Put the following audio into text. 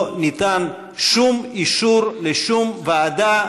לא ניתן שום אישור לשום ועדה,